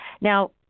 Now